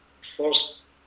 first